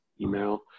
email